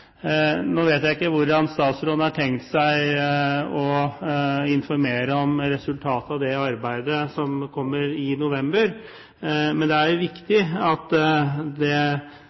Nå vet jeg ikke hvordan statsråden har tenkt å informere om resultatet av det prosjektet som ferdigstilles i november, men det er viktig at det